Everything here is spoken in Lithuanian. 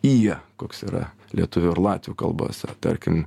ija koks yra lietuvių ir latvių kalbose tarkim